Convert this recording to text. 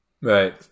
Right